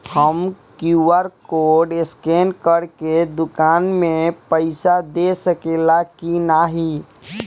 हम QR code scan करके दुकान में पईसा दे सकेला की नाहीं?